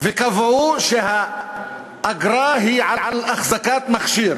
וקבעו שהאגרה היא על החזקת מכשיר.